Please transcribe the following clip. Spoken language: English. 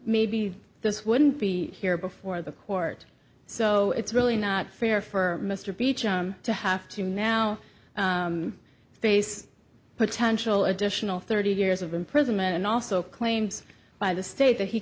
maybe this wouldn't be here before the court so it's really not fair for mr beecher to have to now face potential additional thirty years of imprisonment and also claims by the state that he